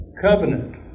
Covenant